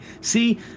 See